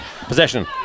possession